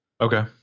Okay